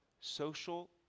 social